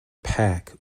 pack